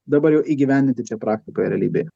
dabar jau įgyvendinti čia praktikoj realybėje